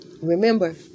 Remember